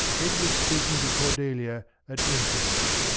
edgar speaking to cordeha at entrance.